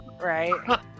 right